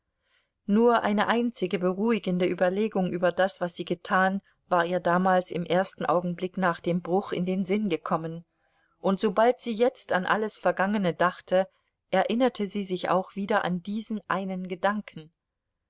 nur eine einzige beruhigende überlegung über das was sie getan war ihr damals im ersten augenblick nach dem bruch in den sinn gekommen und sobald sie jetzt an alles vergangene dachte erinnerte sie sich auch wieder an diesen einen gedanken